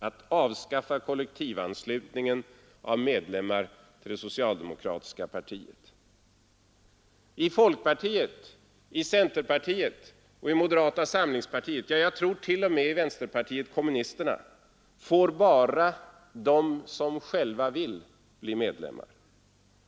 Att avskaffa kollektivanslutningen av medlemmar till det socialdemokratiska partiet I folkpartiet, i centerpartiet och i moderata samlingspartiet, ja, jag tror t.o.m. i vänsterpartiet kommunisterna får bara de som själva vill bli medlemmar.